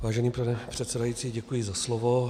Vážený pane předsedající, děkuji za slovo.